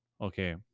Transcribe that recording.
Okay